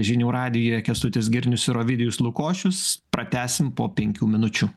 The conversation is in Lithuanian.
žinių radijuje kęstutis girnius ir ovidijus lukošius pratęsim po penkių minučių